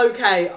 Okay